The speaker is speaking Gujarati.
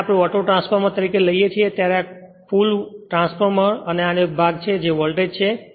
જ્યારે આપણે ઓટોટ્રાન્સફોર્મર તરીકે લઈએ છીએ ત્યારે આ ફુલ ટ્રાન્સફોર્મર અને આનો એક ભાગ તે વોલ્ટેજ છે